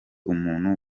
umuntu